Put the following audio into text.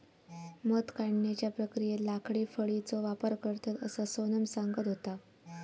मध काढण्याच्या प्रक्रियेत लाकडी फळीचो वापर करतत, असा सोनम सांगत होता